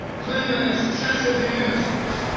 cleanliness, chastity, and innocence.